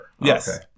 Yes